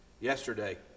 yesterday